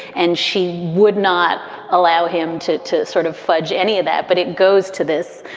and she would not allow him to to sort of fudge any of that. but it goes to this,